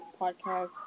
podcast